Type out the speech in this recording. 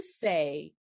say